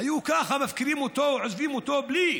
היו ככה מפקירים אותו ועוזבים אותו, בלי